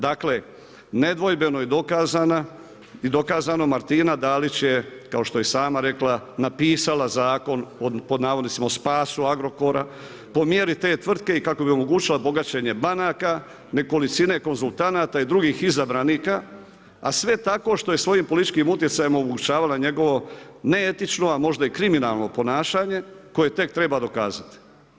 Dakle, nedvojbeno je dokazana i dokazano Martina Dalić je kao što je i sama rekla napisala zakon „o spasu Agrokora“ po mjeri te tvrtke i kako bi omogućila bogaćenje banaka, nekolicine konzultanata i drugih izabranika, a sve tako što je svojim političkim utjecajem omogućavala njegovo neetično, a možda i kriminalno ponašanje koje tek treba dokazati.